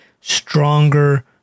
stronger